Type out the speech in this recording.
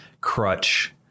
crutch